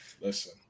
Listen